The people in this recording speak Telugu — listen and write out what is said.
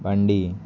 బండి